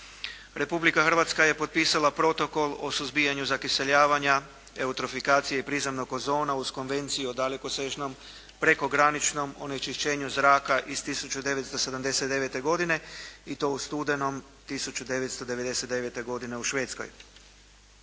Republika Hrvatska je potpisala Protokol o suzbijanju zakiseljavanja, eutrofikacije i prizemnog ozona, uz Konvenciju o dalekosežnom, prekograničnom onečišćenju zraka iz 1979. godine i to u studenom 1999. godine u Švedskoj.